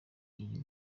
iri